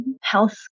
health